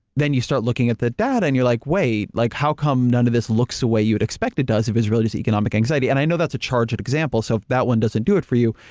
then you start looking at the data and you're like, wait? like how come none of this looks the way you'd expect it does if it's really just economic anxiety. and i know that's a charged example so if that one doesn't do it for you,